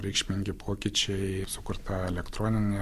reikšmingi pokyčiai sukurta elektroninė